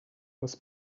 was